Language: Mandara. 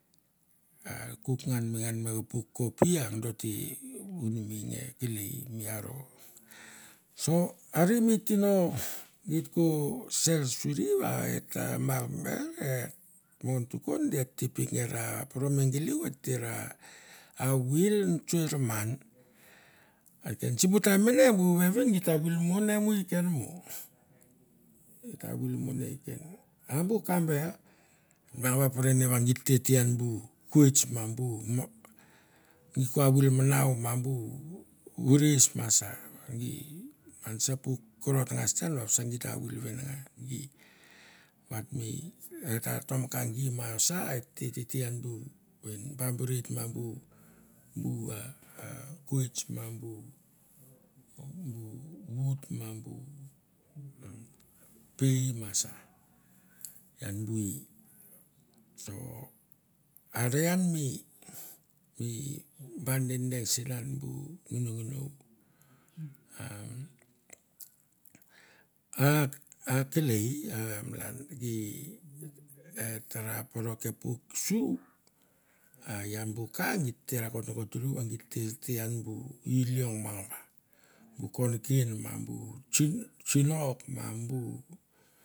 A ra kuk ngan mengan me kapuk kopi a do te unmi nge kelei mi aro. Sor are mi tino ko ser suri va e ta mar ber, e mon tukon di et tino git ko ser suri va e ta geleu et te ra awil notso i raman. A kesen bu taim mene bu vevin geit ta awil ine mo i ken mo, et awil mo ne i ken, a bu ka ber, ma et te pere va git te te ian bu koits ma bu gi ko awil manau ma bu wuris ma sa, mi gi man sa puk konot ngas te vav sa git ta awil venengan gi, bat mi et ta tomkan gi ma sa a et te tete an bu bambirit ma bu, bua a koits ma bu, bu vut ma bu pei ma sa, ian bu ei. So are an mi ba dedeng sen an bu nginongniou a a akelei et tara poro ke puk su a ian bu ka gi te rakot nokot i rou va git ter te ian bu ei leong mangba, bu konken ma bu tsinok ma bu